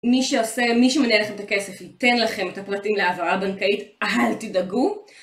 מי שעושה, מי שמנהל לכם את הכסף, ייתן לכם את הפרטים להעברה בנקאית, אל תדאגו.